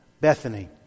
Bethany